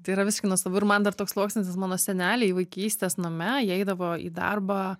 tai yra visiškai nuostabu ir man dar toks sluoksnis mano seneliai vaikystės name jie eidavo į darbą